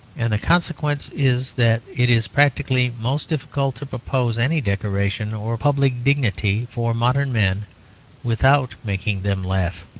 and the consequence is that it is practically most difficult to propose any decoration or public dignity for modern men without making them laugh.